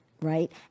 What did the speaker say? right